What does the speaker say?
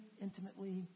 intimately